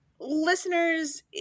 listeners